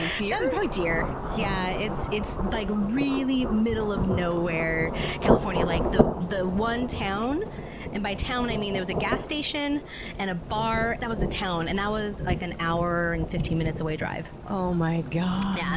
um probably deer. yeah, it's it's like really middle-of-nowhere, california. like the the one town and by town, i mean there was a gas station and a bar that was the town. and that was like an hour and fifteen minutes-away drive. oh my gaahhhd! yeah